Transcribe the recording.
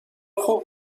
خوب